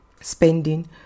spending